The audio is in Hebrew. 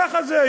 ככה זה.